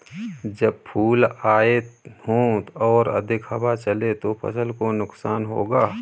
जब फूल आए हों और अधिक हवा चले तो फसल को नुकसान होगा?